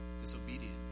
disobedient